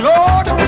Lord